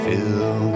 Fill